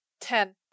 Ten